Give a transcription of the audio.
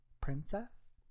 Princess